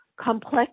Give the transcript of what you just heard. complex